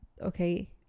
okay